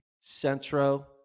Centro